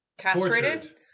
castrated